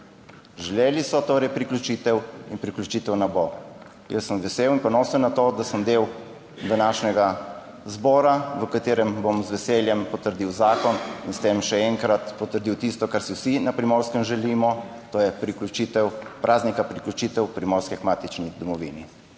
Želeli so torej priključitev in priključitev naj bo. Jaz sem vesel in ponosen na to, da sem del današnjega zbora, v katerem bom z veseljem potrdil zakon in s tem še enkrat potrdil tisto, kar si vsi na Primorskem želimo, to je priključitev praznika, priključitev Primorske k matični domovini.